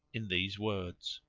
in these words,